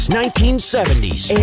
1970s